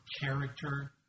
character